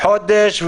את החודש.